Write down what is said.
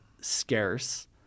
scarce